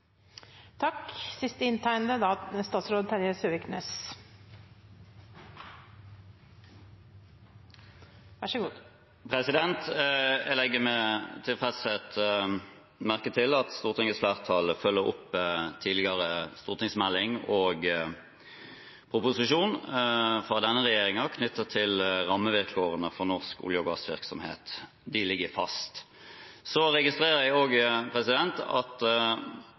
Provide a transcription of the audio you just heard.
Jeg legger med tilfredshet merke til at Stortingets flertall følger opp tidligere stortingsmelding og proposisjon fra denne regjeringen om rammevilkårene for norsk olje- og gassvirksomhet. De ligger fast. Så registrerer jeg også at